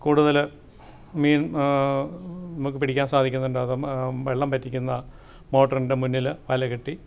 കൂടുതൽ മീൻ നമുക്ക് പിടിക്കാൻ സാധിക്കുന്നുണ്ടത് വെള്ളം വറ്റിക്കുന്ന മോട്ടോറിൻ്റെ മുന്നിൽ വലകെട്ടി